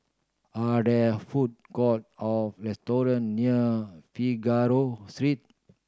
are there food court or restaurant near Figaro Street